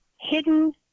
Hidden